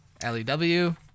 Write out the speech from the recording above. L-E-W